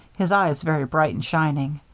his eyes very bright and shining.